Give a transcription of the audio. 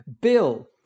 Bill